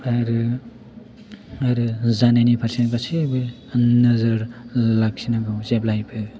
आरो जानायनि फारसे गासैबो नोजोर लाखिनांगौ जेब्लायबो